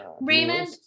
Raymond